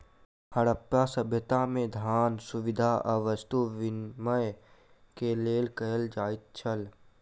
हरप्पा सभ्यता में, धान, सुविधा आ वस्तु विनिमय के लेल कयल जाइत छल